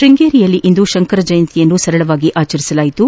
ಶೃಂಗೇರಿಯಲ್ಲಿರುವ ಶಂಕರ ಜಯಂತಿಯನ್ನು ಸರಳವಾಗಿ ಆಚರಿಸಲಾಯಿತು